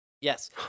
Yes